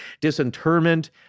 disinterment